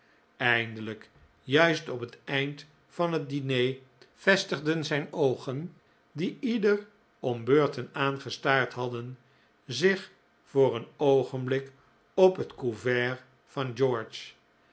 eindelijk juist op het eind van het diner vestigden zijn oogen die ieder om beurten aangestaard hadden zich voor een oogenblik op het couvcrt van george